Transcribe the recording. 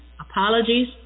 apologies